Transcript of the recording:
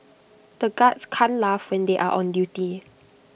the guards can't laugh when they are on duty